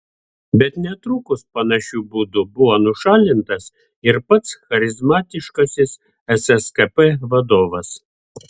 bet netrukus panašiu būdu buvo nušalintas ir pats charizmatiškasis sskp vadovas